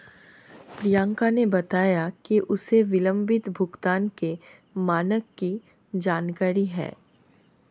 प्रियंका ने बताया कि उसे विलंबित भुगतान के मानक की जानकारी है